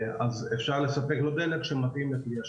אפשר לספק לו דלק שמתאים לכלי השיט.